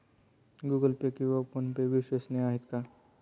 Google Pay किंवा PhonePe विश्वसनीय आहेत का?